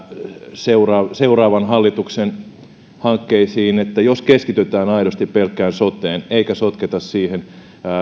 seuraavan seuraavan hallituksen hankkeisiin että jos keskitytään aidosti pelkkään soteen eikä sotketa siihen